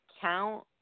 count